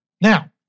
Now